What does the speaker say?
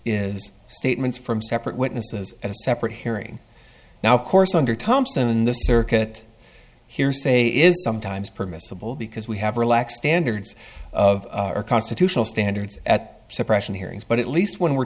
is statements from separate witnesses at a separate hearing now of course under thompson in the circuit hearsay is sometimes permissible because we have relaxed standards of our constitutional standards at suppression hearings but at least when we're